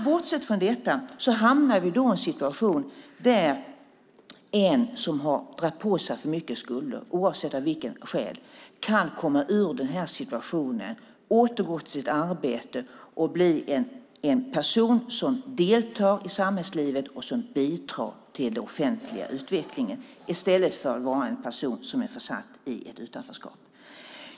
Bortsett från detta hamnar vi i en situation där en som har dragit på sig för stora skulder, oavsett skäl, kan komma ur situationen, återgå till sitt arbete och bli en person som deltar i samhällslivet och bidrar till den offentliga utvecklingen i stället för att vara en person som är försatt i utanförskap.